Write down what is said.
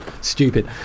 stupid